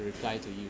reply to you